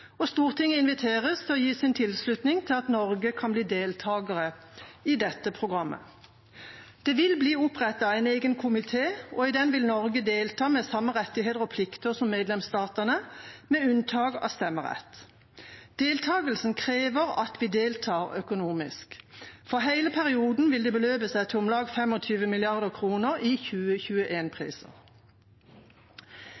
og Stortinget inviteres til å gi sin tilslutning til at Norge kan bli deltaker i programmet. Det vil bli opprettet en egen komité, og i den vil Norge delta med samme rettigheter og plikter som medlemsstatene, med unntak av stemmerett. Deltakelsen krever at vi deltar økonomisk. For hele perioden vil det beløpe seg til om lag 25 mrd. kr i